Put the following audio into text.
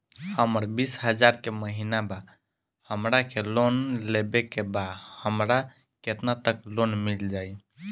हमर बिस हजार के महिना बा हमरा के लोन लेबे के बा हमरा केतना तक लोन मिल जाई?